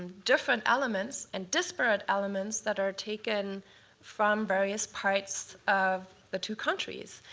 different elements and disparate elements that are taken from various parts of the two countries.